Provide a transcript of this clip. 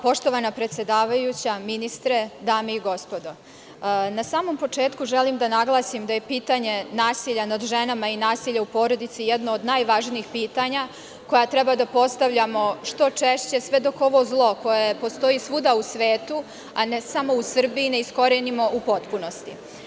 Poštovana predsedavajuća, ministre, dame i gospodo, na samom početku želim da naglasim da je pitanje nasilja nad ženama i nasilja u porodici jedno od najvažnijih pitanja koja treba da postavljamo što češće, sve dok ovo zlo koje postoji svuda u svetu, a ne samo u Srbiji, ne iskorenimo u potpunosti.